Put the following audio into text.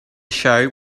show